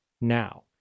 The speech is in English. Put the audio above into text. now